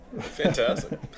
fantastic